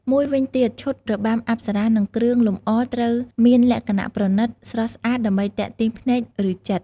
មួយវិញទៀត ឈុតរបាំអប្សរា និងគ្រឿងលម្អត្រូវមានលក្ខណៈ ប្រណីត ស្រស់ស្អាត ដើម្បីទាក់ទាញភ្នែក ឬចិត្ត។